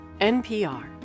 NPR